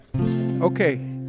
Okay